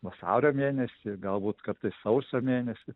vasario mėnesį galbūt kartais sausio mėnesį